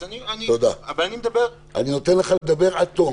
אבל אני מדבר --- אני נותן לך לדבר עד תום,